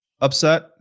upset